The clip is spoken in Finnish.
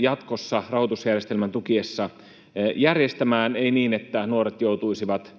jatkossa rahoitusjärjestelmän tukiessa järjestämään — ei niin, että nuoret joutuisivat